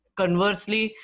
conversely